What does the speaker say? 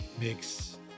makes